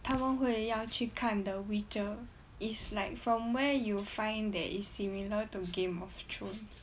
他们会要去看 the witcher is like from where you all find that is similar to game of thrones